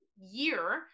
year